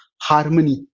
harmony